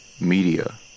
Media